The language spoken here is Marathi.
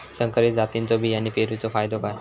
संकरित जातींच्यो बियाणी पेरूचो फायदो काय?